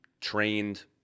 trained